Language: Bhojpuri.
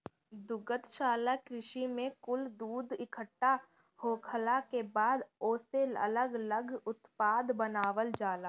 दुग्धशाला कृषि में कुल दूध इकट्ठा होखला के बाद ओसे अलग लग उत्पाद बनावल जाला